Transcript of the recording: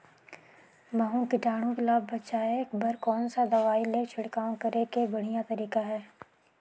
महू कीटाणु ले बचाय बर कोन सा दवाई के छिड़काव करे के बढ़िया तरीका हे?